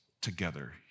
together